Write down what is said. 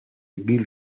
gil